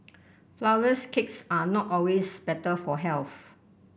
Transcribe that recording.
flourless cakes are not always better for health